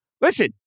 Listen